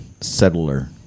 settler